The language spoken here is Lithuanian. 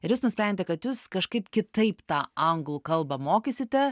ir jūs nusprendėte kad jūs kažkaip kitaip tą anglų kalbą mokysite